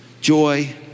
joy